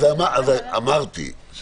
אז אמרתי.